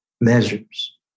measures